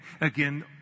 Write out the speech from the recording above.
Again